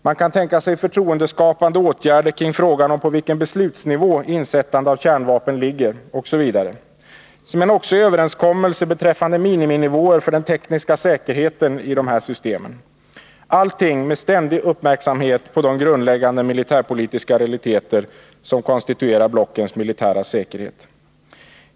Man kan tänka sig förtroendeskapande åtgärder kring frågan om på vilken beslutsnivå insättande av kärnvapen ligger osv. samt också överenskommelse beträffande miniminivåer för den tekniska säkerheten i de här systemen, allting med ständig uppmärksamhet på de grundläggande militärpolitiska realiteter som konstituerar blockens militära säkerhet.